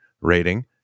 rating